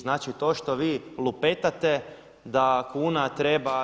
Znači to što vi lupetate da kuna treba